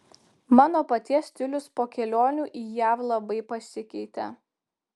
mano paties stilius po kelionių į jav labai pasikeitė